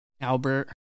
Albert